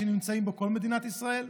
שנמצאת בו כל מדינת ישראל.